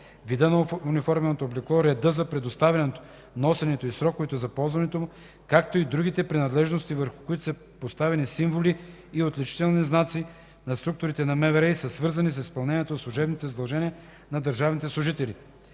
вида на униформеното облекло, реда за предоставянето, носенето и сроковете за ползването му, както и другите принадлежности, върху които са поставени символи и отличителни знаци на структурите на МВР и са свързани с изпълнението на служебните задължения на държавните служители”.